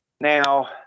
Now